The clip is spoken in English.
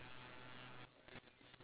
to the two pinball down there